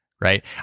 right